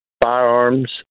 firearms